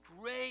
great